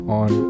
on